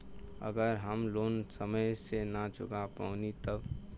अगर हम लोन समय से ना चुका पैनी तब?